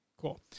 Cool